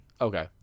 Okay